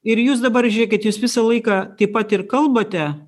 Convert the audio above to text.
ir jūs dabar žiūrėkit jūs visą laiką taip pat ir kalbate